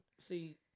See